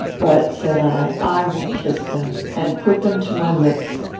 but, said i, i will kiss them and put them to my lips.